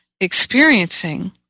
experiencing